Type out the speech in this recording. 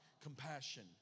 compassion